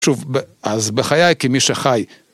שוב, אז בחיי, כי מי שחי...